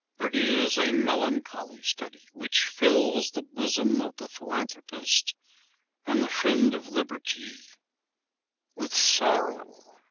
but it is a melancholy study which fills the bosom of the philanthropist and the friend of liberty with sorrow.